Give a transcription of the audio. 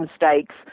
mistakes